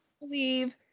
believe